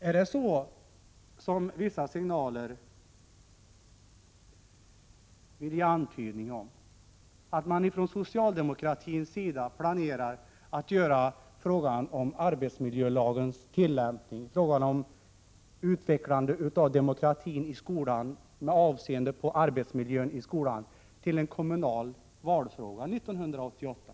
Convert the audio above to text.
Är det så som vissa signaler vill ge en antydan om, att man ifrån socialdemokratisk sida planerar att göra frågan om arbetsmiljölagens tillämpning och frågan om utvecklande av demokratin i skolan med avseende på arbetsmiljön till en kommunal valfråga 1988?